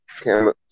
camera